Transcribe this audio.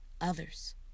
others